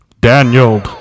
Daniel